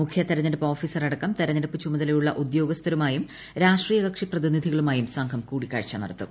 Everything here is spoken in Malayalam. മുഖ്യ തെരഞ്ഞെടുപ്പ് ഓഫീസറടക്കം തെരഞ്ഞെടുപ്പ് ചുമതലയുള്ള ഉദ്യോഗസ്ഥരുമായും രാഷ്ട്രീയ കക്ഷി പ്രതിനിധികളുമായും സംഘം കൂടിക്കാഴ്ച നടത്തും